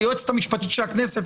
והיועצת המשפטית של הכנסת,